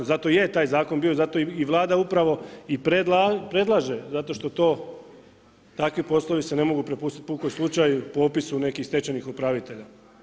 Zato i je taj zakon bio i zato je Vlada upravo predlaže zato što to takvi poslovi se ne mogu prepustiti pukom slučaju po opisu nekih stečajnih upravitelja.